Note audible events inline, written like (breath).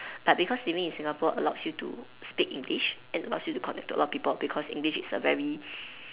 but because living in Singapore allows you to speak English and allows you to connect to a lot of people because English is a very (breath)